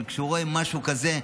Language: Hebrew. אבל כשהוא רואה משהו כזה,